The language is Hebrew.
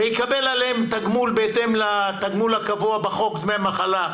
ויקבל עליהם תגמול בהתאם לתגמול הקבוע בחוק דמי מחלה,